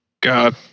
God